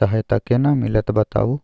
सहायता केना मिलत बताबू?